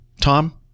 Tom